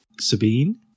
Sabine